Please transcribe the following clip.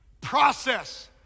process